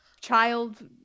child